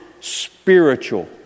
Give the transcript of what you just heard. spiritual